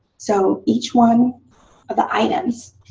so each one of the items